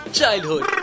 Childhood